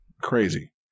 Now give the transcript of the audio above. crazy